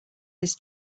his